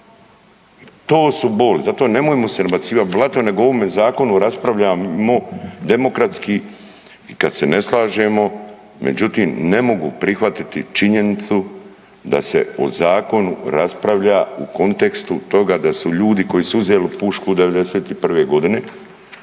To su boli, zato nemojmo se nabacivat blatom, nego ovome zakonu raspravljajmo demokratski i kad se ne slažemo, međutim, ne mogu prihvatiti činjenicu da se o Zakonu raspravlja u kontekstu toga da su ljudi koji su uzeli pušku 91. godine,